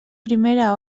primera